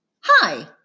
Hi